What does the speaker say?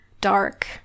dark